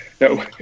No